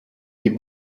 die